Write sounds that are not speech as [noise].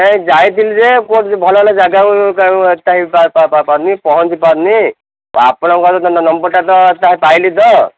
ନାହିଁ ଯାଇଥିଲି ଯେ କେଉଁଠି ଭଲ ଭଲ ଜାଗା [unintelligible] ପାରୁନି ପହଞ୍ଚିପାରୁନି ତ ଆପଣଙ୍କର ନମ୍ବର୍ ଟା ତ ପାଇଲି ତ